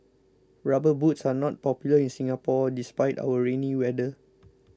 rubber boots are not popular in Singapore despite our rainy weather